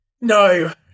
No